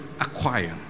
acquire